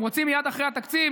אתם רוצים מייד אחרי התקציב?